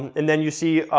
and then you see,